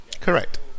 Correct